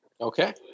Okay